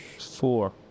four